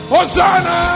Hosanna